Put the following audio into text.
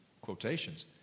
quotations